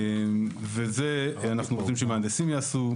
ואת זה אנחנו רוצים שמהנדסים יעשו.